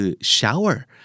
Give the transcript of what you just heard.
shower